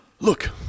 Look